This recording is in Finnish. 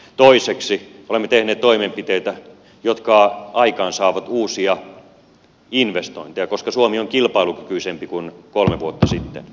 toiseksi olemme tehneet toimenpiteitä jotka aikaansaavat uusia investointeja koska suomi on kilpailukykyisempi kuin kolme vuotta sitten